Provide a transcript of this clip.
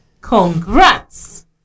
Congrats